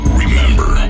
remember